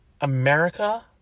America